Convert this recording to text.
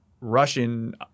Russian